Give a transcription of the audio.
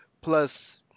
Plus